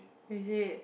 is it